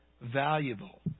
valuable